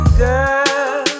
girl